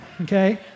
Okay